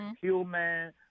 human